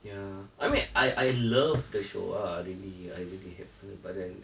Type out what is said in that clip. ya I mean I I love the show ah really I really help her but then